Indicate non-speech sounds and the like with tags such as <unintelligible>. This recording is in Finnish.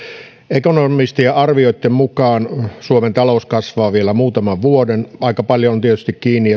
ekonomistien arvioitten mukaan suomen talous kasvaa vielä muutaman vuoden aika paljon on tietysti kiinni <unintelligible>